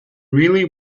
really